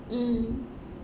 mm